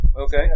okay